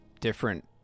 different